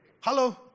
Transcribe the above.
hello